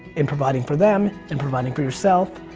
and providing for them, and providing for yourself.